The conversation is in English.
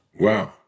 Wow